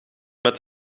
met